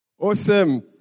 Awesome